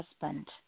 husband